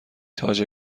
تاج